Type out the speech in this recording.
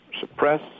suppress